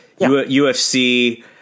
UFC